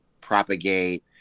propagate